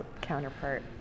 counterpart